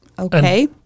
Okay